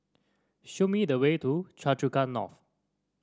show me the way to Choa Chu Kang North